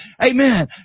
Amen